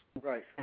Right